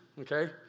okay